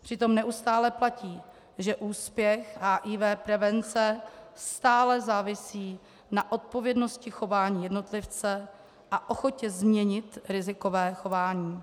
Přitom neustále platí, že úspěch HIV prevence stále závisí na odpovědnosti chování jednotlivce a ochotě změnit rizikové chování.